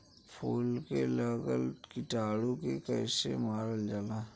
फूल में लगल कीटाणु के कैसे मारल जाला?